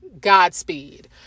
Godspeed